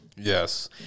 Yes